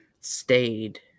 stayed